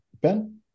Ben